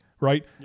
right